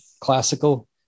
classical